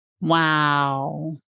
Wow